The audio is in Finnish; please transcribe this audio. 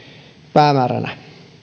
päämääränä